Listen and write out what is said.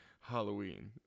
Halloween